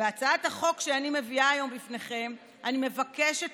בהצעת החוק שאני מביאה בפניכם היום אני מבקשת